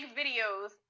videos